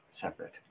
separate